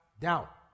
doubt